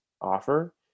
offer